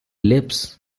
lips